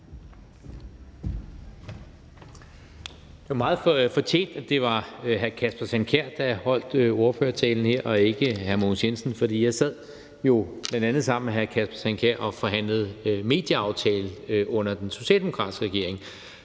Det var meget fortjent, at det var hr. Kasper Sand Kjær, der holdt ordførertalen her, og ikke hr. Mogens Jensen. For jeg sad jo bl.a. sammen med hr. Kasper Sand Kjær og forhandlede medieaftale under den socialdemokratiske regering,